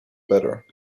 better